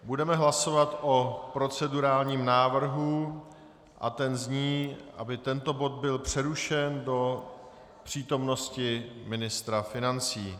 Budeme hlasovat o procedurálním návrhu a ten zní, aby tento bod byl přerušen do přítomnosti ministra financí.